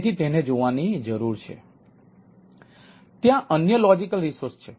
તેથી તેને જોવાની જરૂર છે